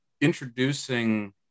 introducing